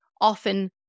often